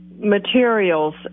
materials